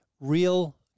real